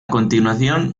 continuación